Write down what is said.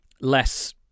less